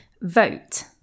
vote